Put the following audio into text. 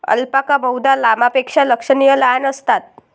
alpaca बहुधा लामापेक्षा लक्षणीय लहान असतात